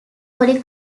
holy